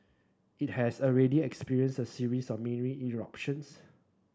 it has already experienced a series of mini eruptions